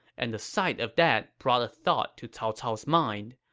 and the sight of that brought a thought to cao cao's mind.